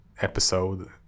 episode